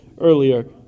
earlier